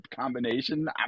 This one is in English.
combination